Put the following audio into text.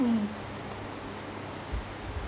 mm